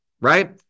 right